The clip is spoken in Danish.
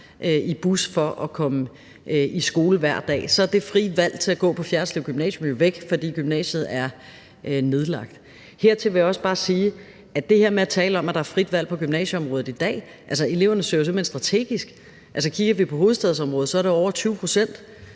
i bus for at komme i skole hver dag. Så er det frie valg til at gå på Fjerritslev Gymnasium jo væk, fordi gymnasiet er nedlagt. Til det her med at tale om, at der er frit valg på gymnasieområdet i dag, vil jeg også bare sige, at eleverne jo simpelt hen søger strategisk. Altså, kigger vi på hovedstadsområdet, er det over 20 pct.,